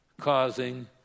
causing